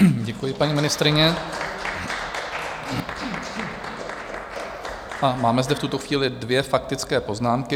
Děkuji, paní ministryně, a máme zde v tuto chvíli dvě faktické poznámky.